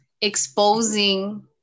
exposing